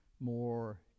more